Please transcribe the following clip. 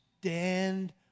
stand